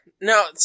No